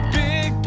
big